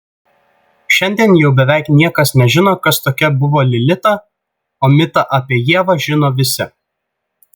šiandien jau beveik niekas nežino kas tokia buvo lilita o mitą apie ievą žino visi